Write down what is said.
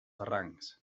barrancs